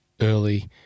early